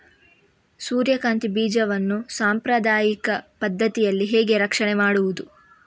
ಸೂರ್ಯಕಾಂತಿ ಬೀಜವನ್ನ ಸಾಂಪ್ರದಾಯಿಕ ಪದ್ಧತಿಯಲ್ಲಿ ಹೇಗೆ ರಕ್ಷಣೆ ಮಾಡುವುದು